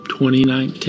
2019